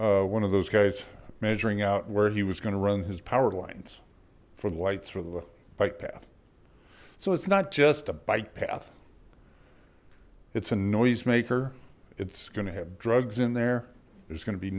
one of those guys measuring out where he was gonna run his power lines for the lights for the bike path so it's not just a bike path it's a noise maker it's gonna have drugs in there there's gonna be